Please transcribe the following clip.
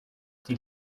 die